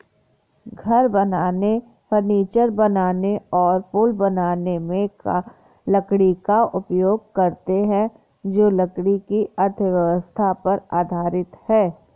घर बनाने, फर्नीचर बनाने और पुल बनाने में लकड़ी का उपयोग करते हैं जो लकड़ी की अर्थव्यवस्था पर आधारित है